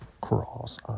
Cross